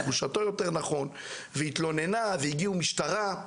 היא התלוננה והגיעה משטרה.